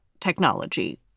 technology